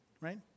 right